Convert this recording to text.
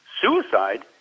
Suicide